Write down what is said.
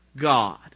God